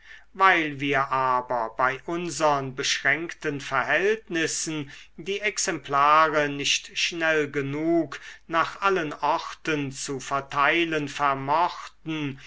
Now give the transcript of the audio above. weil wir aber bei unsern beschränkten verhältnissen die exemplare nicht schnell genug nach allen orten zu verteilen vermochten